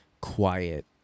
quiet